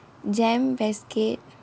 JEM westgate